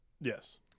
Yes